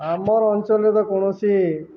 ଆମର ଅଞ୍ଚଲ ତ କୌଣସି